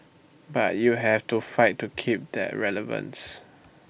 but you have to fight to keep that relevance